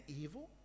evil